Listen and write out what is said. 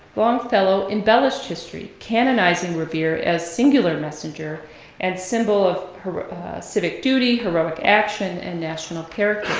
longfellow embellished history, canonizing revere as singular messenger and symbol of civic duty, heroic action, and national character.